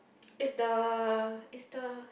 is the is the